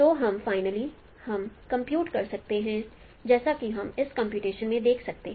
तो हम फाइनली हम कंप्यूट कर सकते हैं जैसा कि हम इस कंप्यूटेशन में देख सकते हैं